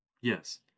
Yes